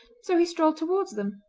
so he strolled towards them.